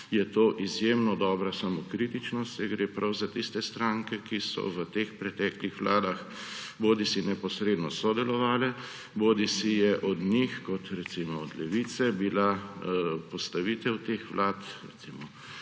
je to izjemno dobra samokritičnost, saj gre prav za tiste stranke, ki so v teh preteklih vladah bodisi neposredno sodelovale, bodisi je bila od njih, kot recimo od Levice, postavitev teh vlad, recimo